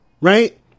right